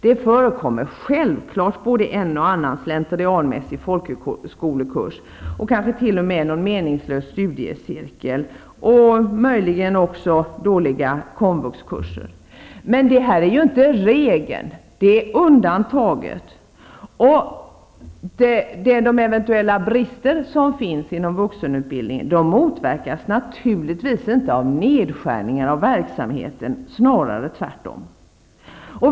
Det förekommer självfallet både en och annan slentrianmässig folkhögskolekurs och kanske t.o.m. någon meningslös studiecirkel och möjligen också dåliga komvuxkurser. Men det här är ju inte regeln. Det är undantaget. De eventuella brister som finns inom vuxenutbildningen motverkas naturligtvis inte av nedskärningar i verksamheten, snarare tvärtom.